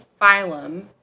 phylum